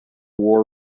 war